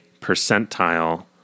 percentile